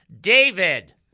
David